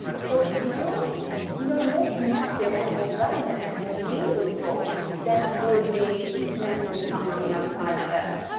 so it feels you know, more connected and more relevant and more meaningful than it would me connecting with someone on the other side of the earth,